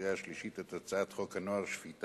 ולקריאה השלישית את הצעת חוק הנוער (שפיטה,